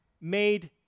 made